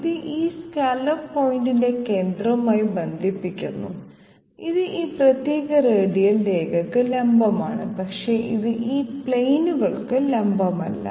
ഇത് ഈ സ്കല്ലോപ്പ് പോയിന്റിനെ കേന്ദ്രവുമായി ബന്ധിപ്പിക്കുന്നു ഇത് ഈ പ്രത്യേക റേഡിയൽ രേഖയ്ക്ക് ലംബമാണ് പക്ഷേ ഇത് ഈ പ്ലെയിനുകൾൾക്ക് ലംബമല്ല